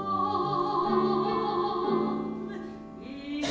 oh yeah